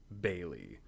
Bailey